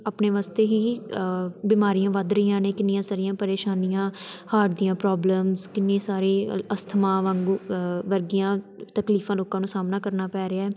ਆਪਣੇ ਵਸਤੇ ਹੀ ਬਿਮਾਰੀਆਂ ਵੱਧ ਰਹੀਆਂ ਨੇ ਕਿੰਨੀਆਂ ਸਾਰੀਆਂ ਪਰੇਸ਼ਾਨੀਆਂ ਹਾਰਟ ਦੀਆਂ ਪ੍ਰੋਬਲਮਸ ਕਿੰਨੀ ਸਾਰੀ ਅਸਥਮਾ ਵਾਂਗੂ ਵਰਗੀਆਂ ਤਕਲੀਫਾਂ ਲੋਕਾਂ ਨੂੰ ਸਾਹਮਣਾ ਕਰਨਾ ਪੈ ਰਿਹਾ